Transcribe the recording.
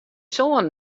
soan